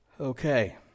Okay